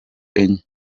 enye